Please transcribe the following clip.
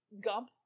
Gump